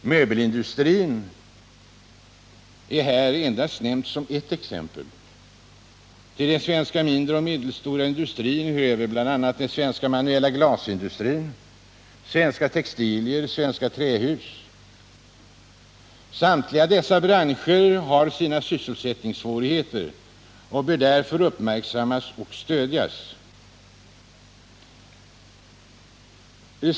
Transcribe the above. Möbelindustrin är här endast nämnd som ett exempel. Till produkterna från svensk mindre och medelstor industri hör även bl.a. den manuella glasindustrins alster, svenska textilier, svenska trähus. Samtliga dessa branscher har sysselsättningssvårigheter och bör därför uppmärksammas och stödjas.